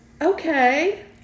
okay